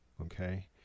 okay